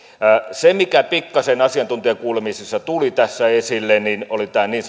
se mikä pikkasen asiantuntijakuulemisissa tuli tässä esille oli tämä niin